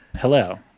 Hello